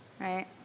Right